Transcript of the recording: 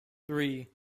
three